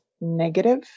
negative